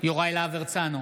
יוראי להב הרצנו,